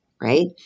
right